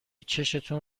چشتون